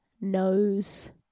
nose